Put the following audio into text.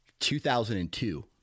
2002